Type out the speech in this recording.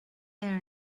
there